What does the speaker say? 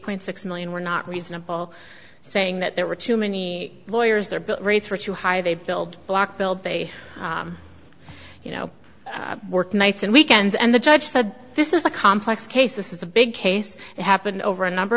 point six million were not reasonable saying that there were too many lawyers their rates were too high they build block build they you know work nights and weekends and the judge said this is a complex case this is a big case it happened over a number